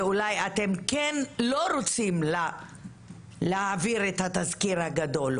ואולי אתם לא רוצים להעביר את התסקיר הגדול.